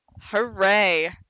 Hooray